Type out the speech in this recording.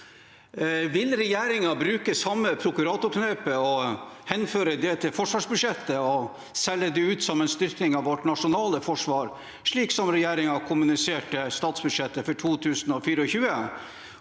vil regjeringen bruke samme prokuratorknep og henføre det til forsvarsbudsjettet og selge det ut som en styrking av vårt nasjonale forsvar, slik som regjeringen kommuniserte i statsbudsjettet for 2024?